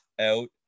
out